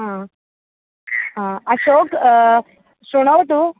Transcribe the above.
हा हा अशोकः शृणोतु